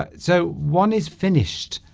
but so one is finished